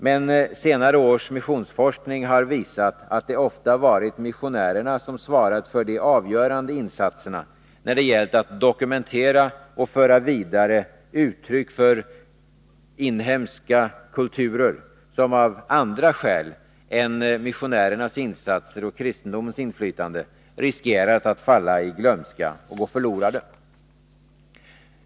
Men senare års missionsforskning har visat att det ofta varit missionärerna som svarat för de avgörande insatserna när det gällt att dokumentera och föra vidare uttryck för inhemska kulturer, som av andra skäl än missionärernas insatser och kristendomens inflytande riskerat att falla i glömska och gå förlorade.